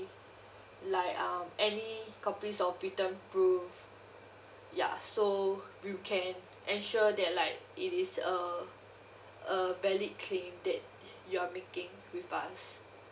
like um any copies of written proof ya so we can ensure that like it is uh a valid claim that you're making with us